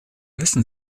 wissen